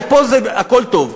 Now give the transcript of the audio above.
ופה הכול טוב.